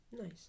Nice